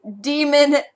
demon